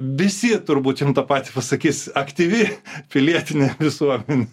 visi turbūt tą patį pasakys aktyvi pilietinė visuomenė